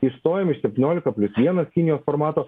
išstojom iš septyniolika plius vienas kinijos formato